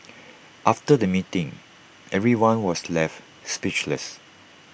after the meeting everyone was left speechless